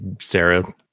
Sarah